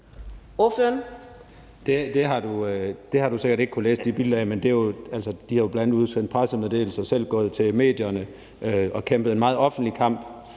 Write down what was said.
Det har du sikkert ikke kunnet læse i de bilag, men de har jo bl.a. udsendt pressemeddelelser, er selv gået til medierne og har kæmpet en meget offentlig kamp